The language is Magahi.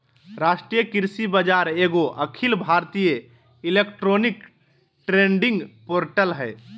राष्ट्रीय कृषि बाजार एगो अखिल भारतीय इलेक्ट्रॉनिक ट्रेडिंग पोर्टल हइ